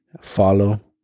follow